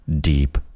deep